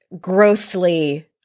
grossly